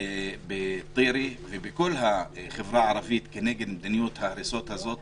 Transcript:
בטירה ובכל החברה הערבית נגד מדיניות ההריסות הזאת.